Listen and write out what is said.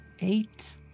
Eight